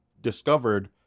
discovered